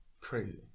Crazy